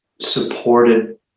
supported